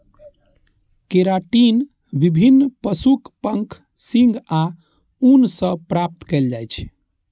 keratin विभिन्न पशुक पंख, सींग आ ऊन सं प्राप्त कैल जाइ छै